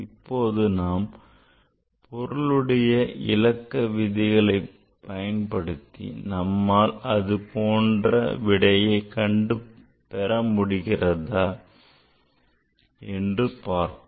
இப்போது நாம் பொருளுடைய இலக்க விதிகளைப் பயன்படுத்தி நம்மால் அதுபோன்ற விடைகளை பெற முடிகிறதா என்று பார்ப்போம்